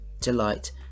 delight